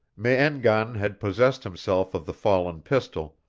me-en-gan had possessed himself of the fallen pistol,